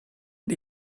und